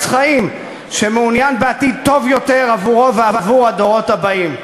חיים שמעוניין בעתיד טוב יותר עבורו ועבור הדורות הבאים.